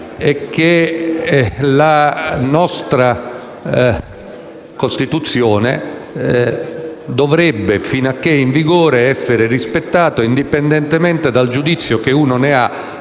è che la nostra Costituzione dovrebbe, finché è in vigore, essere rispettata, indipendentemente dal giudizio che ciascuno ha